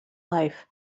life